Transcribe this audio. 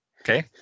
Okay